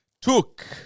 took